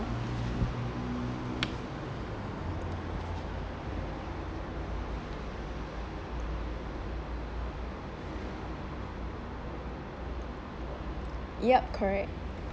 yup correct